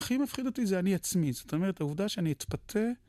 הכי מפחיד אותי זה אני עצמי, זאת אומרת, העובדה שאני אתפתה...